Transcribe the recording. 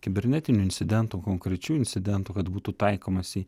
kibernetinių incidentų konkrečių incidentų kad būtų taikomasi